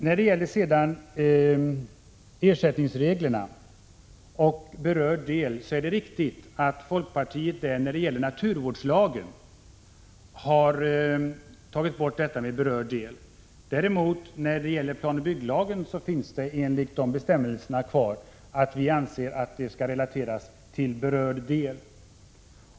När det gäller ersättningsreglerna och detta med berörd del är det riktigt att folkpartiet i fråga om naturvårdslagen har föreslagit slopande av begreppet berörd del. När det däremot gäller planoch bygglagen anser vi att detta även i fortsättningen skall relateras till berörd del.